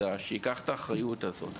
שייקח את האחריות הזאת.